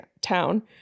town